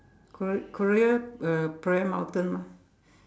Korea Korea uh prayer mountain lah